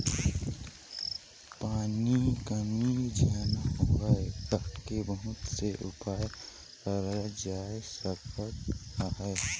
पानी के कमी झन होए कहिके बहुत से उपाय करल जाए सकत अहे